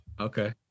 Okay